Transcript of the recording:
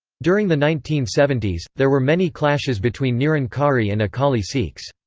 during the nineteen seventy s, there were many clashes between nirankari and akali sikhs.